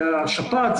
זה השפעת,